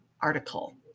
article